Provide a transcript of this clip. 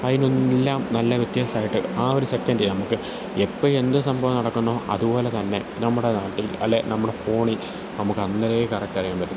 അതിൽനിന്നെല്ലാം നല്ല വ്യത്യാസമായിട്ട് ആ ഒരു സെക്കൻഡില് നമുക്ക് എപ്പോള് എന്ത് സംഭവം നടക്കുന്നോ അതുപോലെ തന്നെ നമ്മുടെ നാട്ടിൽ അല്ലേ നമ്മുടെ ഫോണില് നമുക്കന്നേരെ കറക്റ്റ് അറിയാന് പറ്റും